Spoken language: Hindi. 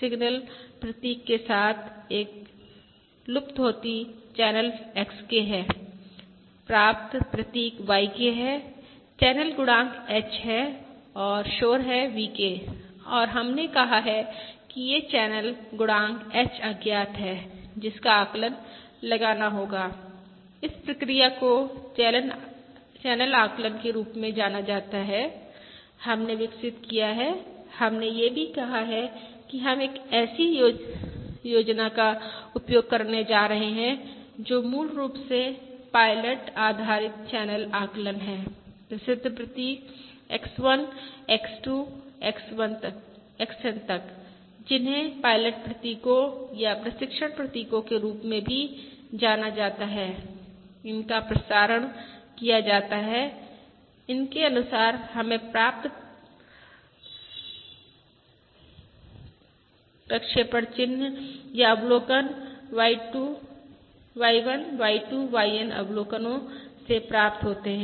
सिग्नल प्रतीक के साथ एक फेडिंग चैनल XK है प्राप्त प्रतीक YK है चैनल गुणांक h है और शोर है VK और हमने कहा है कि यह चैनल गुणांक h अज्ञात है जिसका आकलन लगाना होगा इस प्रक्रिया को चैनल आकलन के रूप में जाना जाता है हमने विकसित किया है हमने यह भी कहा है कि हम एक ऐसी पद्धति का उपयोग करने जा रहे हैं जो मूल रूप से पायलट आधारित चैनल आकलन है प्रसिद्ध प्रतीक X1 X2 XN तक जिन्हें पायलट प्रतीकों या प्रशिक्षण प्रतीकों के रूप में भी जाना जाता है इनका प्रसारण किया जाता है इनके अनुसार हमें प्राप्त निर्गत प्रतीक या अवलोकन Y1 Y2 YN अवलोकनो 1 से प्राप्त होते हैं